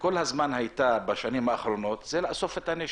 שכל הזמן הייתה בשנים האחרונות זה לאסוף את הנשק.